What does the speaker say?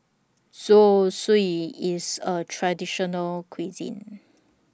Zosui IS A Traditional Cuisine